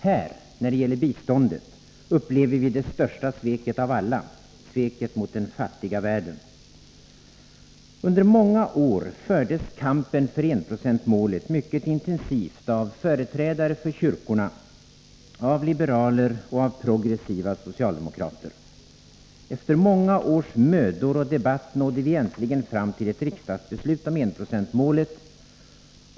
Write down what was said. Här, när det gäller biståndet, upplever vi det största sveket av alla, sveket mot den fattiga världen. Under många år fördes kampen för enprocentsmålet mycket intensivt av företrädare för kyrkorna, av liberala och av progressiva socialdemokrater. Efter många års mödor och debatter nådde vi äntligen fram till ett riksdagsbeslut om enprocentsmålet.